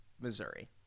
Missouri